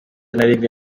narimwe